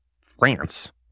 France